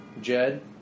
Jed